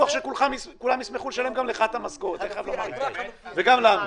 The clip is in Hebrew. אני לא בטוח שכולם ישמחו לשלם גם לך את המשכורות וגם לנו.